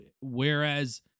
whereas